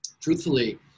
truthfully